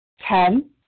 Ten